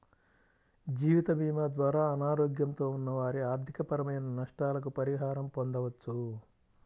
జీవితభీమా ద్వారా అనారోగ్యంతో ఉన్న వారి ఆర్థికపరమైన నష్టాలకు పరిహారం పొందవచ్చు